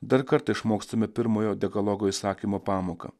dar kartą išmokstame pirmojo dekalogo įsakymo pamoką